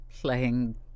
playing